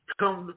come